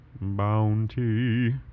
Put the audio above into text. Bounty